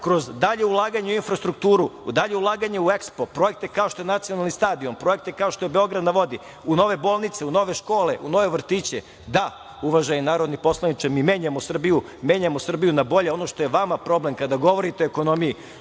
kroz dalja ulaganje kroz infrastrukturu, dalje ulaganje u Ekspo, projekte kao što je Nacionalni stadion, projekte kao što je „Beograd na vodi“, u nove bolnice, u nove škole, u nove vrtiće. Da, uvaženi narodni poslaniče mi menjamo Srbiju, menjamo Srbiju na bolje. Ono što je vama problem kada govorite o ekonomiji,